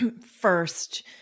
first